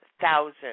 thousand